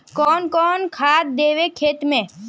कौन कौन खाद देवे खेत में?